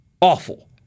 Awful